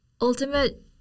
ultimate